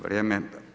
Vrijeme.